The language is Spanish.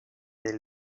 del